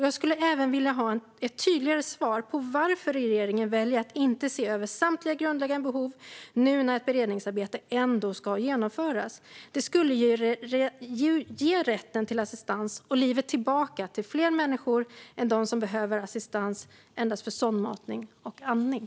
Jag skulle även vilja ha ett tydligare svar på varför regeringen väljer att inte se över samtliga grundläggande behov nu när ett beredningsarbete ändå ska genomföras. Det skulle ju ge rätten till assistans och livet tillbaka till fler människor än bara dem som behöver assistans för sondmatning och andning.